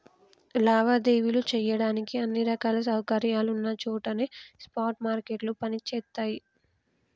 లావాదేవీలు చెయ్యడానికి అన్ని రకాల సౌకర్యాలున్న చోటనే స్పాట్ మార్కెట్లు పనిచేత్తయ్యి